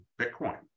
Bitcoin